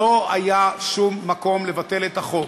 לא היה שום מקום לבטל את החוק.